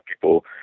people